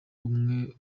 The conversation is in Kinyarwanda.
umwe